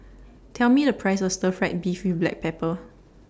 Tell Me The Price of Stir Fried Beef with Black Pepper